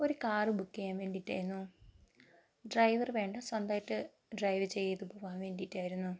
ഒരു car book ചെയ്യാൻ വേണ്ടിയിട്ടായിരുന്നു ഡ്രൈവർ വേണ്ട സ്വന്തമായിട്ട് ഡ്രൈവ് ചെയ്തു പോകാൻ വേണ്ടിയിട്ടായിരുന്നു